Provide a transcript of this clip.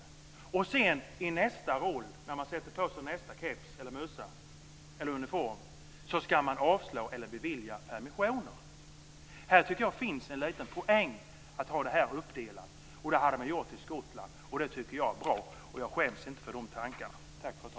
Och i nästa roll, när man sätter på sig nästa keps, mössa eller uniform, ska man avslå eller bevilja permissioner. Jag tycker att det finns en liten poäng i att ha detta uppdelat. Det hade man gjort i Skottland, och det tycker jag är bra, och jag skäms inte för de tankarna.